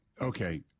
okay